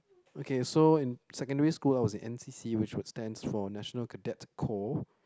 okay so in secondary school I was in N_C_C which stands for National Cadet Corp